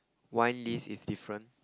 wine list is different